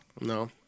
No